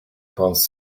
ponce